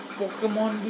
pokemon